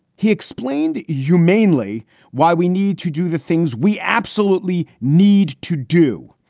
he explained humanely why we need to do the things we absolutely need to do.